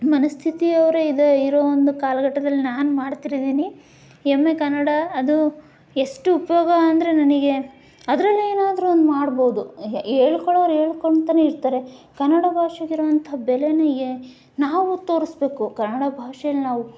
ಮನಸ್ಥಿತಿಯವರೇ ಇದೆ ಇರೋ ಒಂದು ಕಾಲಘಟ್ಟದಲ್ಲಿ ನಾನು ಮಾಡ್ತಿದೀನಿ ಎಂ ಎ ಕನ್ನಡ ಅದು ಎಷ್ಟು ಉಪ್ಯೋಗ ಅಂದರೆ ನನಗೆ ಅದರಲ್ಲೇನಾದ್ರೂ ಒಂದು ಮಾಡ್ಬೋದು ಹೆ ಹೇಳ್ಕೊಳ್ಳೋರ್ ಹೇಳ್ಕೊಂತನೇ ಇರ್ತಾರೆ ಕನ್ನಡ ಭಾಷೆಗಿರುವಂಥ ಬೆಲೆನೆ ಯೇ ನಾವು ತೋರಿಸ್ಬೇಕು ಕನ್ನಡ ಭಾಷೇಲಿ ನಾವು